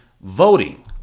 Voting